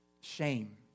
shame